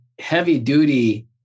heavy-duty